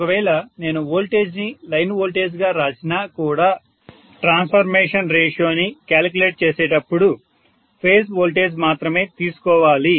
ఒకవేళ నేను వోల్టేజ్ ని లైన్ వోల్టేజ్ గా రాసినా కూడా ట్రాన్స్ఫర్మేషన్ రేషియోని క్యాలిక్యులేట్ చేసేటప్పుడు ఫేజ్ వోల్టేజ్ మాత్రమే తీసుకోవాలి